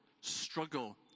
struggle